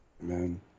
Amen